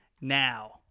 now